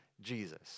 Jesus